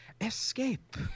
escape